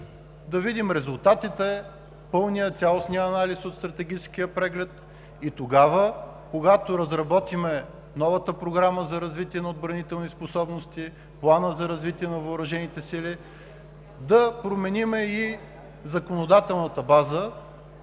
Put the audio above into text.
да видим резултатите, пълния, цялостния анализ от Стратегическия преглед и когато разработим новата Програма за развитие на отбранителни способности, Плана за развитие на въоръжените сили, да променим и законодателната база.